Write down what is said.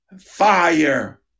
fire